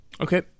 Okay